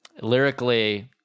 Lyrically